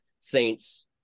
saints